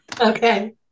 Okay